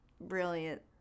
brilliant